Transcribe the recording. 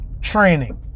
training